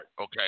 Okay